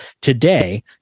today